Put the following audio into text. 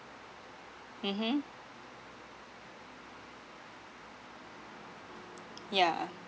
mmhmm yeah